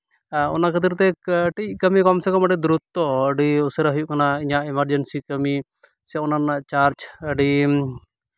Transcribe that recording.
ᱟᱨ ᱚᱱᱟ ᱠᱷᱟᱹᱛᱤᱨ ᱛᱮ ᱠᱟᱹᱴᱤᱡ ᱠᱟᱹᱢᱤ ᱠᱚᱢ ᱥᱮ ᱠᱚᱢ ᱟᱹᱰᱤ ᱫᱩᱨᱚᱛᱛᱚ ᱟᱹᱰᱤ ᱩᱥᱟᱹᱨᱟ ᱦᱩᱭᱩᱜ ᱠᱟᱱᱟ ᱤᱧᱟᱹᱜ ᱮᱢᱟᱨᱡᱮᱱᱥᱤ ᱠᱟᱹᱢᱤ ᱥᱮ ᱚᱱᱟ ᱨᱮᱱᱟᱜ ᱪᱟᱨᱡ ᱟᱹᱰᱤ